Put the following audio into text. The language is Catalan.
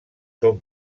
són